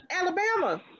Alabama